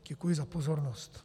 Děkuji za pozornost.